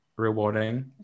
rewarding